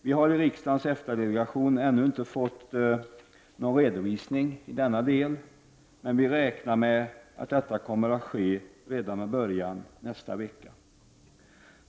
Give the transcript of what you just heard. Vi har i riksdagens EFTA-delegation ännu inte fått någon redovisning i denna del, men vi räknar med att detta kommer att ske redan i början av nästa vecka.